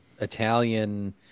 Italian